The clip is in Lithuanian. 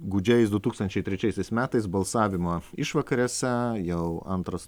gūdžiais du tūkstančiai trečiaisiais metais balsavimo išvakarėse jau antras